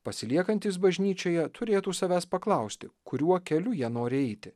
pasiliekantys bažnyčioje turėtų savęs paklausti kuriuo keliu jie nori eiti